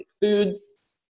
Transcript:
foods